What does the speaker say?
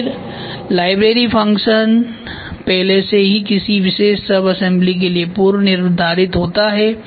तो फिर library function पहले से ही किसी विशेष सबअसेम्बली के लिए पूर्व निर्धारित होता है